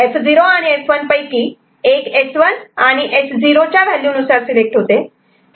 F0 आणि F1 पैकी एक S1 आणि S0 च्या व्हॅल्यू नुसार सिलेक्ट होते